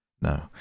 No